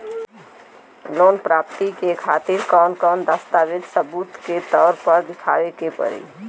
Loan प्राप्ति के खातिर कौन कौन दस्तावेज सबूत के तौर पर देखावे परी?